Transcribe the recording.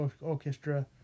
orchestra